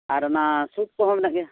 ᱟᱨ ᱚᱱᱟ ᱥᱩᱴ ᱠᱚᱦᱚᱸ ᱢᱮᱱᱟᱜ ᱜᱮᱭᱟ